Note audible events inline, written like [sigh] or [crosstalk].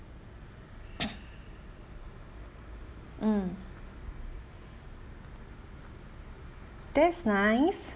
[noise] mm that's nice